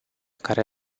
care